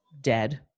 dead